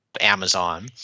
Amazon